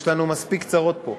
יש לנו מספיק צרות פה.